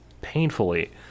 painfully